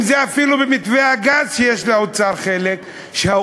אם אפילו במתווה הגז שיש לאוצר חלק בו?